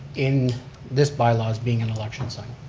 in this by-law as being an election sign.